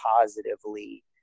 positively